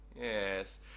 Yes